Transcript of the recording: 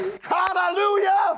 Hallelujah